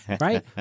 Right